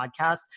podcast